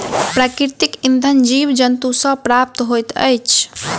प्राकृतिक इंधन जीव जन्तु सॅ प्राप्त होइत अछि